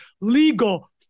legal